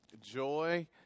joy